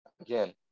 Again